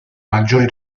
maggiori